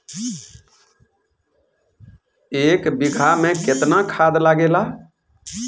एक बिगहा में केतना खाद लागेला?